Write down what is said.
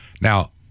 Now